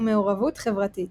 ומעורבות חברתית.